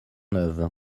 neuve